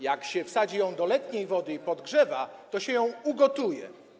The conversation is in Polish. Jak się ją wsadzi do letniej wody i podgrzewa, to się ją ugotuje.